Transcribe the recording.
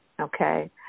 okay